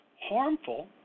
harmful